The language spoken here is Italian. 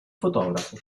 fotografo